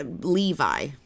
Levi